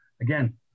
Again